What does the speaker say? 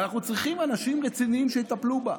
ואנחנו צריכים אנשים רציניים שיטפלו בה.